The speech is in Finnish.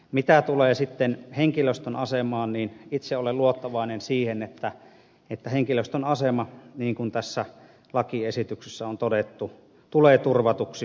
mitä tulee sitten henkilöstön asemaan itse olen luottavainen siihen että henkilöstön asema niin kuin tässä lakiesityksessä on todettu tulee turvatuksi